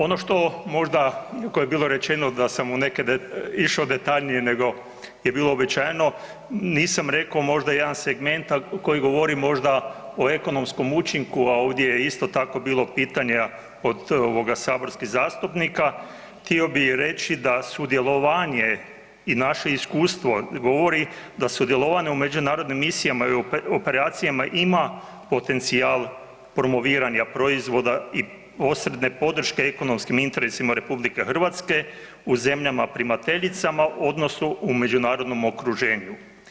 Ono što možda iako je bilo rečeno da sam u neke išao detaljnije nego je bilo uobičajeno, nisam reko možda jedan segment koji govori možda o ekonomskom učinku, a ovdje je isto tako bilo pitanja od saborskih zastupnika, htio bi reći da sudjelovanje i naše iskustvo govori da sudjelovanje u međunarodnim misijama i operacijama ima potencijal promoviranja proizvoda i posebne podrške ekonomskim interesima RH u zemljama primateljicama odnosno u međunarodnom okruženju.